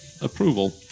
approval